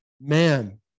man